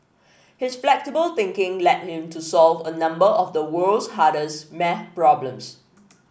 his flexible thinking led him to solve a number of the world's hardest maths problems